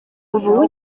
ubu